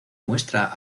muestra